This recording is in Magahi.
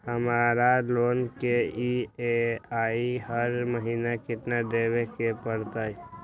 हमरा लोन के ई.एम.आई हर महिना केतना देबे के परतई?